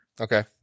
Okay